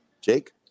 Jake